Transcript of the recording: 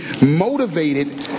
motivated